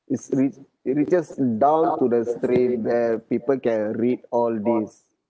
is read it is just down to the people can read all these